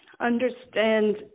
understand